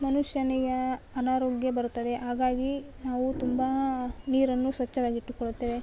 ಮನುಷ್ಯನಿಗೆ ಅನಾರೋಗ್ಯ ಬರುತ್ತದೆ ಹಾಗಾಗಿ ನಾವು ತುಂಬಾ ನೀರನ್ನು ಸ್ವಚ್ಛವಾಗಿಟ್ಟುಕೊಳ್ಳುತ್ತೇವೆ